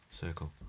circle